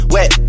Wet